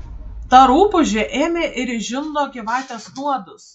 ta rupūžė ėmė ir išžindo gyvatės nuodus